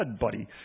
buddy